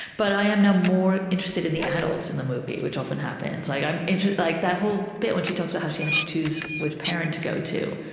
but i am now more interested in the adults in the movie, which often happens. like i'm interested like that whole bit when she talks about how she had to choose which parent to go to,